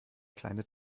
kleine